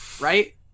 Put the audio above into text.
right